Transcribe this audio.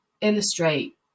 illustrate